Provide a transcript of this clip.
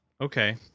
Okay